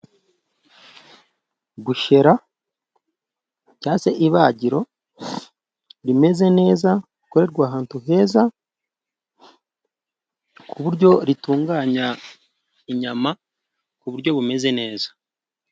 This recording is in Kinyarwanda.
Busheri, cyangwa se ibagiro rimeze neza, rikorerwa ahantu heza, ku buryo ritunganya inyama ku buryo bumeze neza.